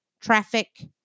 traffic